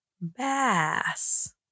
Bass